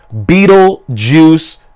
Beetlejuice